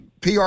PR